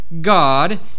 God